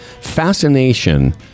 fascination